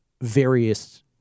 various